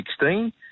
2016